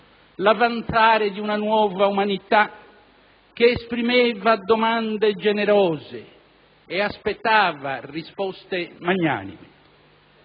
l'avanzare di una nuova umanità che esprimeva domande generose e aspettava risposte magnanime.